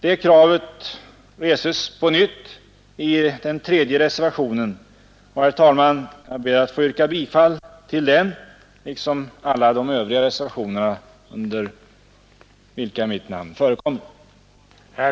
Det kravet reses på nytt i den tredje reservationen, och, herr talman, jag ber att få yrka bifall till den liksom till alla övriga reservationer där mitt namn förekommer.